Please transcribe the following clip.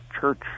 Church